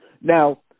Now